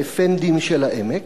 האפנדים של העמק,